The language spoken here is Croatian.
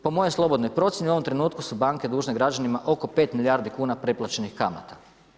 Po mojoj slobodnoj procjeni u ovom trenutku su banke dužne banke građanima oko 5 milijardi kuna pretplaćenih kamata.